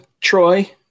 Troy